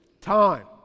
time